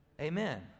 Amen